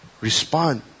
Respond